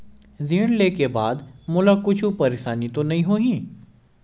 ऋण लेके बाद मोला कुछु परेशानी तो नहीं होही?